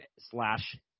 slash